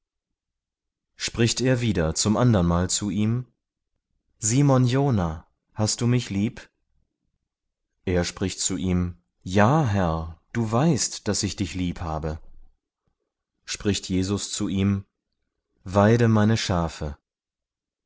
spricht er wider zum andernmal zu ihm simon jona hast du mich lieb er spricht zu ihm ja herr du weißt daß ich dich liebhabe spricht jesus zu ihm weide meine schafe